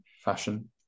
fashion